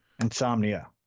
Insomnia